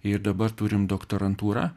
ir dabar turime doktorantūrą